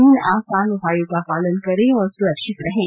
तीन आसान उपायों का पालन करें और सुरक्षित रहें